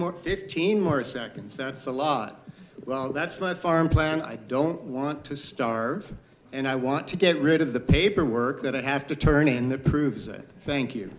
more fifteen more seconds that's a lot well that's my farm plan i don't want to starve and i want to get rid of the paperwork that i have to turn in that proves it thank you